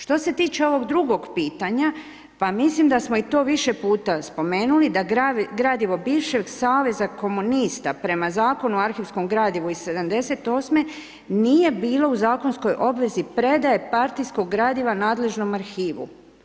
Što se tiče ovog drugog pitanja, pa mislim da smo to više puta spomenuli, da gradivo bivšeg saveza komunista, prema Zakonu o arhivskom gradivu iz '78. nije bilo u zakonskoj obvezi predaje partijskog gradiva nadležnom arhivu.